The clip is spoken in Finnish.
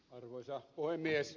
arvoisa puhemies